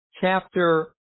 chapter